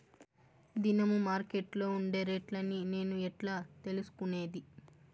దినము మార్కెట్లో ఉండే రేట్లని నేను ఎట్లా తెలుసుకునేది?